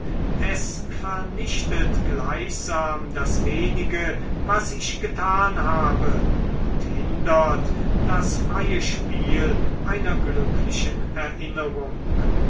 es vernichtet gleichsam das wenige was ich getan habe und hindert das freie spiel einer glücklichen erinnerung